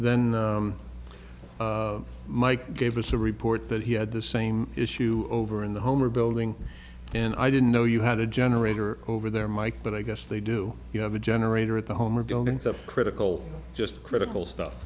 then mike gave us a report that he had the same issue over in the home or building and i didn't know you had a generator over there mike but i guess they do you have a generator at the home or buildings up critical just critical stuff